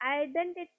Identity